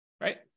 right